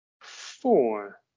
four